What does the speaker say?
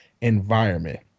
environment